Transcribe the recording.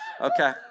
Okay